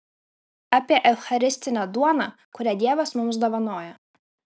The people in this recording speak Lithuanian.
apie eucharistinę duoną kurią dievas mums dovanoja